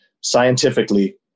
scientifically